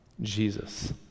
Jesus